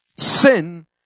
Sin